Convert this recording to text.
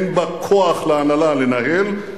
אין בה כוח להנהלה לנהל,